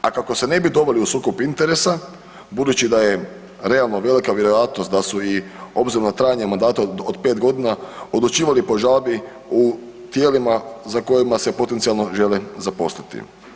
A kako se ne bi doveli u sukob interesa budući da je realno velika vjerojatnost da su i obzirom na trajanje mandata od 5 godina odlučivali po žalbi u tijelima za kojima se potencijalno žele zaposliti.